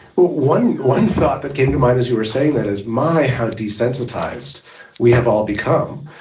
one one thought that came to mind as you were saying that as my how desensitized we have all become,